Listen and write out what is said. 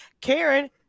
Karen